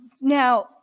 now